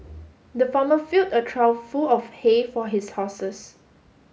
the farmer filled a trough full of hay for his horses